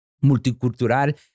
multicultural